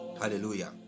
hallelujah